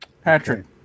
Patrick